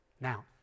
now